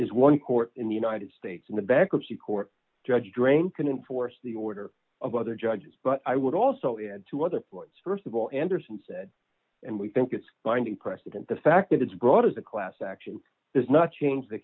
is one court in the united states in the bankruptcy court judge drain can enforce the order of other judges but i would also add two other points st of all anderson said and we think it's binding precedent the fact that it's brought as a class action does not change the